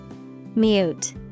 mute